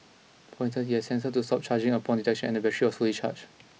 for instance it had a sensor to stop charging upon detection and the battery was fully charged